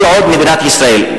כל עוד מדינת ישראל,